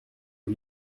aux